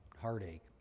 heartache